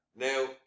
Now